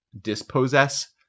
Dispossess